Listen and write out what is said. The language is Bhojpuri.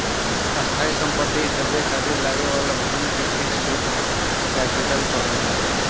स्थायी सम्पति के ख़रीदे खातिर लागे वाला धन के फिक्स्ड कैपिटल कहल जाला